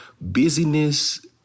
busyness